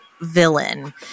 villain